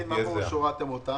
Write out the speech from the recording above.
מה פירוש שהורדתם אותם?